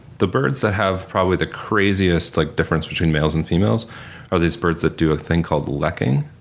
the birds that have probably the craziest like difference between males and females are these birds that do a thing called lekking